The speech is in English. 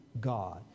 God